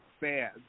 bad